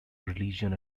religion